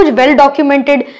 well-documented